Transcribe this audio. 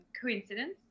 coincidence